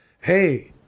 hey